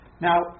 Now